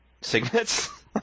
Signets